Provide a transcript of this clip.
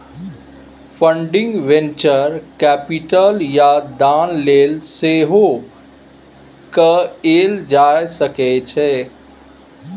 funding venture capital या दान लेल सेहो कएल जा सकै छै